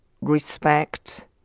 respect